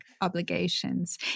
obligations